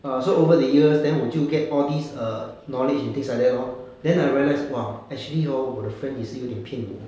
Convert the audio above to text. err so over the years then 我就 get all these err knowledge and things like that lor then I realised !wah! actually hor 我的 friend 也是有一点骗我